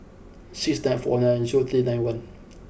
six nine four nine zero three nine one